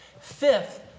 Fifth